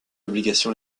obligation